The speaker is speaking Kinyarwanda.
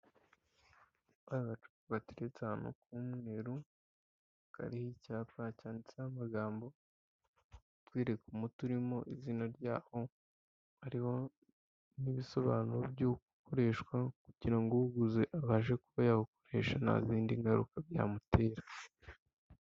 Agacupa gateretse ahantu k'umweru kariho icyapa cyanditseho amagambo atwereka umuti urimo izina ryawo ariwo n'ibisobanuro by'uko ukoreshwa, kugira ngo uwuguze abashe kuba yawukoresha nta zindi ngaruka byamutera.